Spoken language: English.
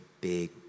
big